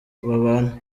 babana